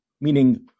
Meaning